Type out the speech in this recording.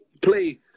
please